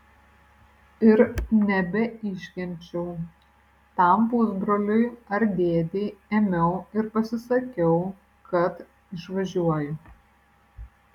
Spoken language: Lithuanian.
ir nebeiškenčiau tam pusbroliui ar dėdei ėmiau ir pasisakiau kad išvažiuoju